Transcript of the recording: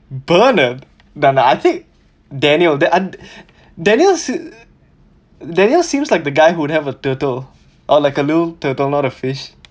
bernard no no I think daniel that um daniel se~ daniel seems like the guy who would have a turtle or like a little turtle not a fish